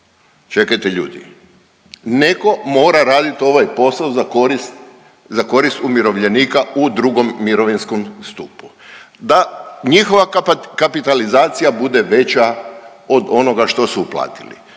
Čekajte ljudi, neko mora radit ovaj posao za korist umirovljenika u drugom mirovinskom stupu da njihova kapitalizacija bude veće od onoga što su uplatili.